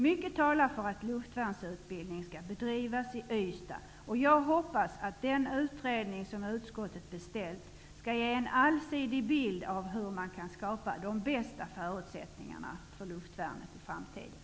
Mycket talar för att luftvärnsutbildning skall bedrivas i Ystad, och jag hoppas att den utredning som utskottet beställt skall ge en allsidig bild av hur man kan skapa de bästa förutsättningarna för luftvärnet i framtiden.